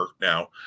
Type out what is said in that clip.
now